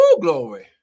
glory